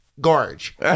gorge